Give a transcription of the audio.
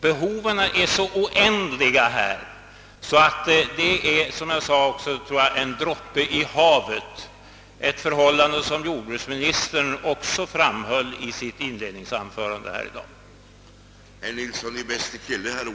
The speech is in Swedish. Behoven är så oändliga att detta är — det tror jag att jag sade också — en droppe i havet, något som jordbruksministern också framhöll i sitt inledningsanförande i dag.